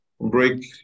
Break